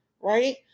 right